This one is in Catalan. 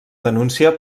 denúncia